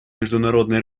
международные